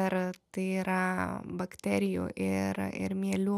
ir tai yra bakterijų ir ir mielių